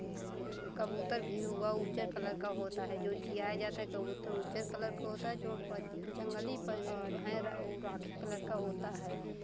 कबूतर भी हुआ उज्जर कलर का होता है जो जियाय जाता है कबूतर उज्जर कलर का होता है जो प जंगली हैं वो राख कलर का होता है